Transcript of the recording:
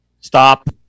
Stop